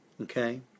Okay